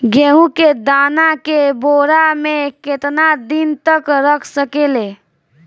गेहूं के दाना के बोरा में केतना दिन तक रख सकिले?